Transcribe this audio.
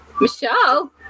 Michelle